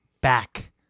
back